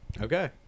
Okay